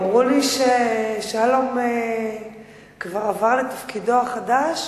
אמרו לי ששלום כבר עבר לתפקידו החדש,